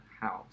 house